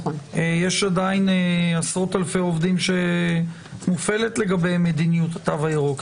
יש עדיין עשרות אלפי עובדים שמופעלת לגביהם מדיניות התו הירוק.